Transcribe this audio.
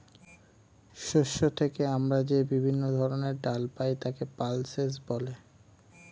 শস্য থেকে আমরা যে বিভিন্ন ধরনের ডাল পাই তাকে পালসেস বলে